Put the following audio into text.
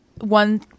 One